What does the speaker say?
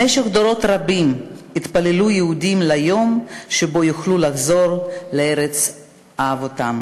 במשך דורות רבים התפללו יהודים ליום שבו יוכלו לחזור לארץ אבותיהם.